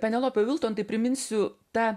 penelope vilton tai priminsiu ta